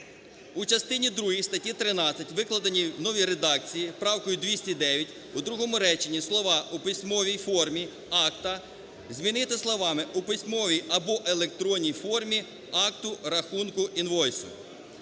у частині другій статті 13, викладеній в новій редакції правкою 209 в другому реченні слова "у письмовій формі акта" змінити словами "у письмовій або електронній формі акта рахунку (інвойсу)".